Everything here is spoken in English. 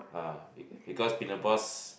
ah because in the past